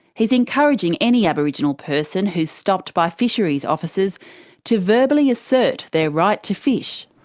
he's encouraging any aboriginal person who is stopped by fisheries officers to verbally assert their right to fish.